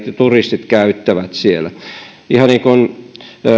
turistit käyttävät siellä ihan niin kuin